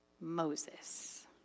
Moses